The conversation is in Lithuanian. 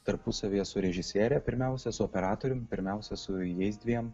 tarpusavyje su režisiere pirmiausia su operatorium pirmiausia su jais dviem